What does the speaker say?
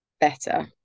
better